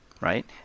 right